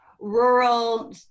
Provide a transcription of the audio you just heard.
rural